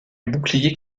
bouclier